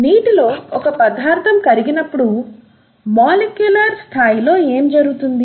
నీటిలో ఒక పదార్ధం కరిగినప్పుడు మాలిక్యులర్ స్థాయిలో ఏమి జరుగుతుంది